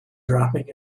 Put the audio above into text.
dropping